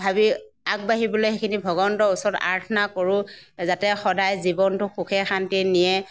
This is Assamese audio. ভাবি আগবাঢ়িবলৈ সেইখিনি ভগৱন্তৰ ওচৰত আৰাধনা কৰোঁ যাতে সদায় জীৱনটো সুখে শান্তিৰে নিয়ে